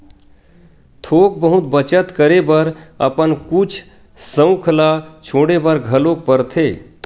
थोक बहुत बचत करे बर अपन कुछ सउख ल छोड़े बर घलोक परथे